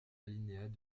alinéas